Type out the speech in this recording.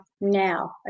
now